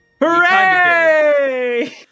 Hooray